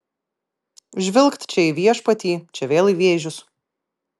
žvilgt čia į viešpatį čia vėl į vėžius